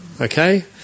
Okay